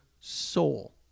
soul